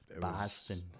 boston